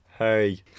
Hey